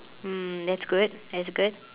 mm that's good that's good